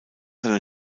seine